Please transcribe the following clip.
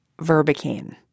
verbicane